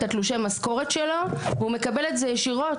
תלושי המשכורת שלו והוא מקבל את זה ישירות.